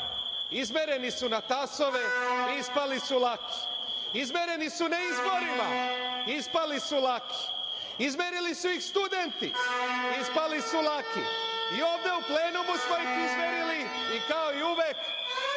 izmereni su na tasove, ispali su laki. Izmereni su, na izborima, ispali su laki. Izmerili su ih studenti, ispali su laki i ovde u plenumu smo ih izmerili i kao uvek